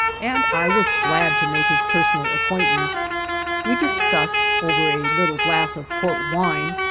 and i was glad to make his personal acquaintance we discussed over a little glass of port wine,